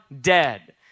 dead